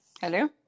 Hello